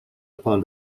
upon